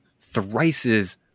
thrice's